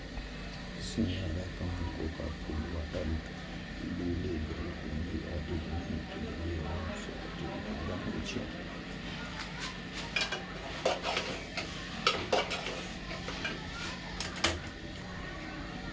सिंघाड़ा, कमल, कोका फूल, वाटर लिली, जलकुंभी आदि विभिन्न जलीय वनस्पतिक उत्पादन होइ छै